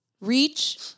reach